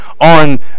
on